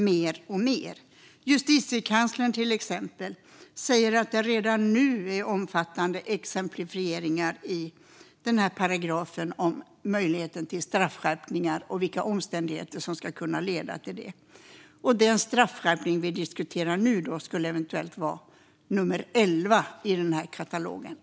Till exempel Justitiekanslern säger att det redan nu finns omfattande exemplifieringar i den här paragrafen om möjligheten till straffskärpningar och vilka omständigheter som ska kunna leda till det. Den straffskärpning vi nu diskuterar skulle vara nummer 11 i den katalogen.